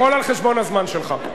הכול על חשבון הזמן שלך.